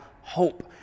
hope